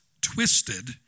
twisted